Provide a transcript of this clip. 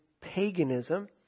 paganism